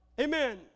amen